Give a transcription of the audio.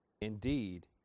Indeed